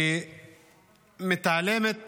שמתעלמת